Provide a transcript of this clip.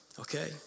Okay